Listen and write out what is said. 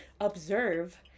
Observe